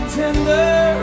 tender